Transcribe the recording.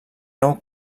nou